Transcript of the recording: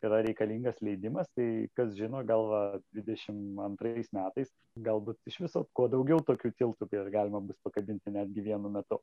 yra reikalingas leidimas tai kas žino gal dvidešimt antraisiais metais galbūt iš viso kuo daugiau tokių tiltų kuriuose bus galima pakabinti netgi vienu metu